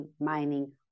mining